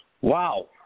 Wow